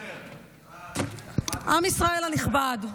עם ישראל הנכבד,